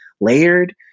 layered